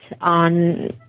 on